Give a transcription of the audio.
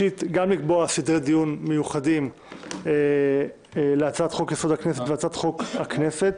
לקבוע סדרי דיון מיוחדים להצעת חוק יסוד: הכנסת והצעת חוק הכנסת,